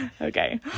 okay